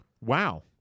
Wow